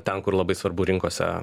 ten kur labai svarbu rinkose